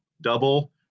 Double